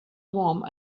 warm